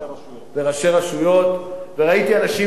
היושב-ראש, חברי חברי הכנסת, ראשית,